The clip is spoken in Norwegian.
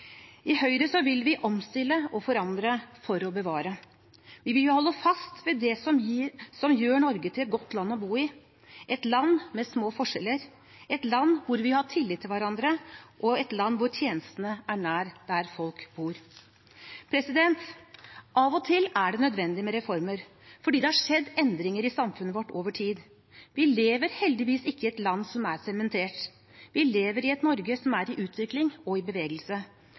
I Høyre vil vi omstille og forandre for å bevare. Vi vil holde fast ved det som gjør Norge til et godt land å bo i – et land med små forskjeller, et land hvor vi har tillit til hverandre, et land hvor tjenestene er nær der folk bor. Av og til er det nødvendig med reformer fordi det har skjedd endringer i samfunnet vårt over tid. Vi lever heldigvis ikke i et land som er sementert. Vi lever i et Norge som er i utvikling og i bevegelse.